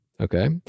okay